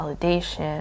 validation